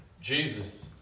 Jesus